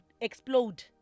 explode